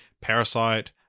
Parasite